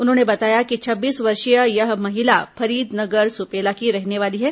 उन्होंने बताया कि छब्बीस वर्षीय यह महिला फरीदनगर सुपेला की रहने वाली है